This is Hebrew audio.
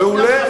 מעולה.